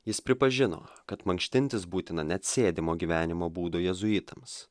jis pripažino kad mankštintis būtina net sėdimo gyvenimo būdo jėzuitams